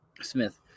smith